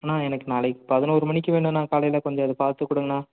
அண்ணா எனக்கு நாளைக்கு பதினொரு மணிக்கு வேணுண்ணா காலையில் கொஞ்சம் இதை பார்த்துக் கொடுங்கண்ணா